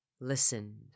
Listened